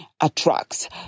attracts